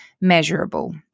Measurable